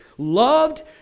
Loved